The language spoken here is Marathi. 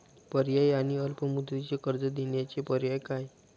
पर्यायी आणि अल्प मुदतीचे कर्ज देण्याचे पर्याय काय?